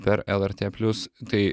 per elertė plius tai